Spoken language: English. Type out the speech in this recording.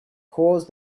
caused